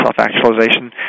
self-actualization